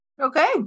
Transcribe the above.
okay